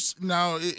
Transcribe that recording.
now